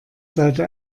sollte